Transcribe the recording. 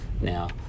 Now